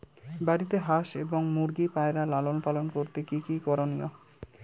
বাড়িতে হাঁস এবং মুরগি ও পায়রা লালন পালন করতে কী কী করণীয়?